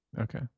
Okay